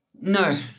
No